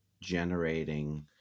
generating